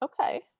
Okay